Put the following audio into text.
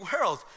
world